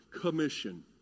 commission